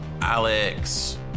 Alex